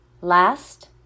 last